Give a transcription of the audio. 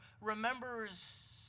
remembers